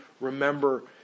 remember